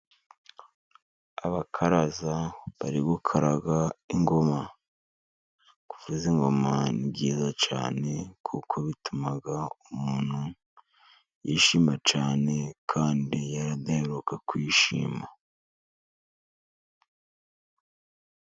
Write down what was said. Abakaraza bari gukararaga ingoma. Kuvuza ingoma ni byiza cyane kuko bituma umuntu yishima cyane, kandi yari adaruka kwishima.